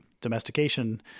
domestication